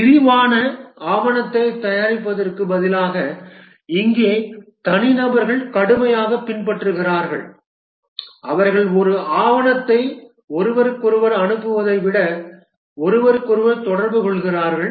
விரிவான ஆவணங்களைத் தயாரிப்பதற்குப் பதிலாக இங்கே தனிநபர்கள் கடுமையாகப் பின்பற்றுகிறார்கள் அவர்கள் ஒரு ஆவணத்தை ஒருவருக்கொருவர் அனுப்புவதை விட ஒருவருக்கொருவர் தொடர்பு கொள்கிறார்கள்